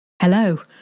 Hello